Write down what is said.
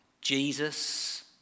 Jesus